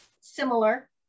similar